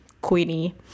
queenie